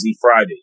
Friday